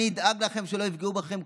אני אדאג לכם שלא יפגעו בכם,